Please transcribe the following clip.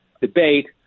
debate